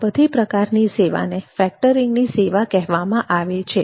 આ બધી પ્રકારની સેવાને ફેક્ટરીંગની સેવા કહેવામાં આવે છે